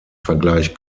vergleich